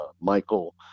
Michael